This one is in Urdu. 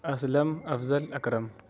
اسلم افضل اکرم